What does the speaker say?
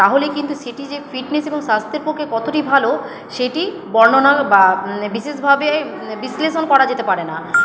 তাহলে কিন্তু সেটি যে ফিটনেস এবং স্বাস্থ্যের পক্ষে কতটি ভালো সেটি বর্ণনা বা বিশেষভাবে বিশ্লেষণ করা যেতে পারে না